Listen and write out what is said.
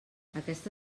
aquesta